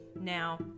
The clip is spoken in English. Now